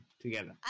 together